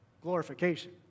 glorification